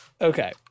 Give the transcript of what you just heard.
Okay